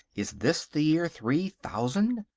is this the year three thousand?